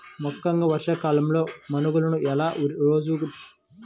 ముక్కెంగా వర్షాకాలంలో మనుషులకు ఎలా రోగాలు వత్తాయో అలానే గొర్రెలకు కూడా రకరకాల వ్యాధులు వత్తయ్యి